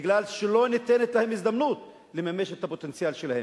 בגלל שלא ניתנת להם הזדמנות לממש את הפוטנציאל שלהם,